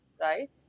right